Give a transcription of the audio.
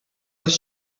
was